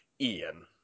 Ian